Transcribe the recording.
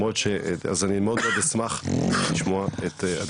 אני מאוד מאוד אשמח לשמוע את הדברים שלך.